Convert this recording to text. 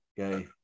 okay